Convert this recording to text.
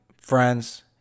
friends